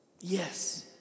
Yes